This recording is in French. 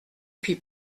puis